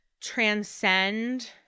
transcend